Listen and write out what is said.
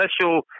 special –